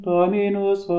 Dominus